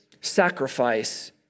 sacrifice